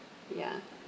ya